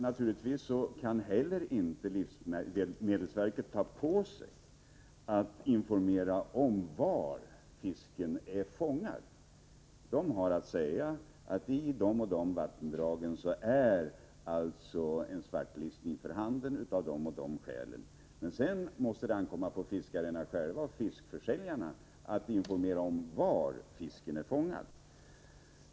Naturligtvis kan livsmedelsverket inte heller åta sig att lämna information om var fisken är fångad. Livsmedelsverket kan redovisa att vissa vattendrag är svartlistade och av vilka skäl de blivit det, men sedan måste det ankomma på fiskarna och fiskförsäljarna själva att informera om var fisken är fångad.